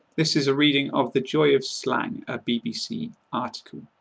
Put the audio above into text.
this is a reading of the joy of slang, a bbc article